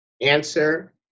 answer